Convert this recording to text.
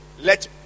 let